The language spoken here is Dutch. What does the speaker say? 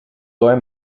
door